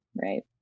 right